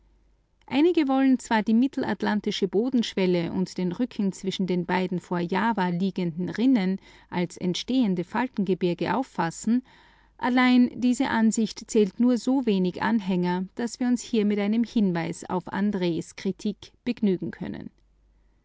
einige wollen zwar die mittelatlantische bodenschwelle und den rücken zwischen den beiden vor java liegenden rinnen als entstehende faltengebirge auffassen allein diese ansicht zählt nur so wenig anhänger daß wir uns hier mit einem hinweis auf andres kritik begnügen können